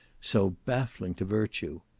so baffling to virtue.